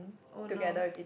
oh no